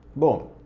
boom,